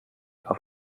auf